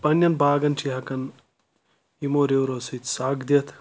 پننؠن باغَن چھِ ہؠکَان یِمو رِورو سۭتۍ سَگ دِتھ